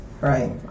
Right